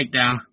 takedown